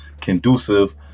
conducive